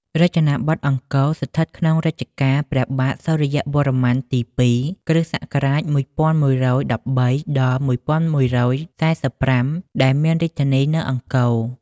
រចនាបថអង្គរ ស្ថិតក្នុងរជ្ជកាលព្រះបាទសូរ្យវរន្ម័ន ទី ២ គ.ស. ១១១៣ – ១១៤៥ ដែលមានរាជធានី នៅអង្គរ។